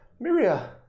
Miria